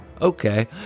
okay